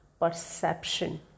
perception